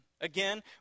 Again